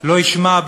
לא ישמע,